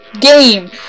game